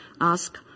ask